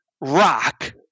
rock